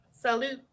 Salute